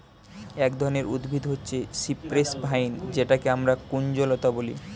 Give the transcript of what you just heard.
এক ধরনের উদ্ভিদ হচ্ছে সিপ্রেস ভাইন যেটাকে আমরা কুঞ্জলতা বলি